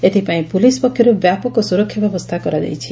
ଏଥପାଇଁ ପୁଲିସ ପକ୍ଷରୁ ବ୍ୟାପକ ସୁରକ୍ଷା ବ୍ୟବସ୍ରା କରାଯାଇଛି